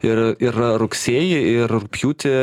ir ir rugsėjį ir rugpjūtį